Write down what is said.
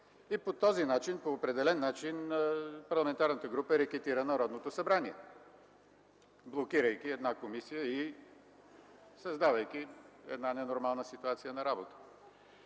е предложила. По определен начин парламентарната група рекетира Народното събрание, блокирайки една комисия и създавайки една ненормална ситуация на работа.